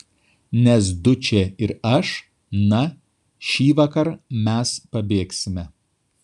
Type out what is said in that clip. nes dučė ir aš na šįvakar mes pabėgsime